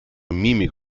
mimik